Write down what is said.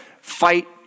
fight